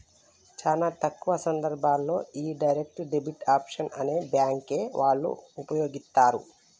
చాలా తక్కువ సందర్భాల్లోనే యీ డైరెక్ట్ డెబిట్ ఆప్షన్ ని బ్యేంకు వాళ్ళు వుపయోగిత్తరు